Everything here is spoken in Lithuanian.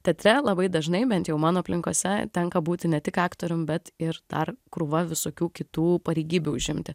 teatre labai dažnai bent jau mano aplinkose tenka būti ne tik aktorium bet ir dar krūva visokių kitų pareigybių užimti